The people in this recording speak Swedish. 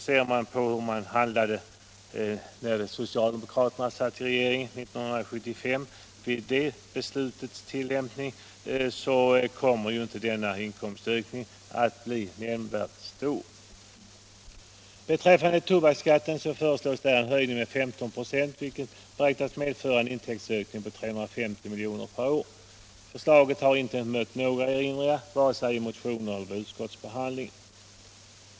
Ser vi på hur man handlade vid beslutets tillämpning när socialdemokraterna satt i regeringen 1975 finner vi att inkomstökningen inte blir särskilt stor. Beträffande tobaksskatten föreslås en höjning med 15 96, vilket beräknas medföra en intäktsökning på 350 milj.kr. per år. Förslaget har inte mött några erinringar vare sig i motioner eller vid utskottsbehandlingen.